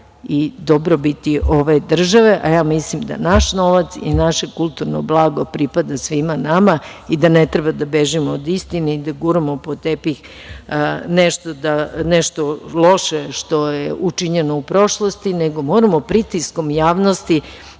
i dobrobiti ove države, a ja mislim da naš novac i naše kulturno blago pripada svima nama i da ne treba da bežimo od istine i da guramo pod tepih nešto loše što je učinjeno u prošlosti, nego moramo pritiskom javnosti